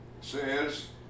says